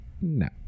No